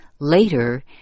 Later